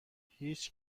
هیچ